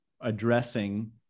addressing